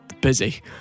busy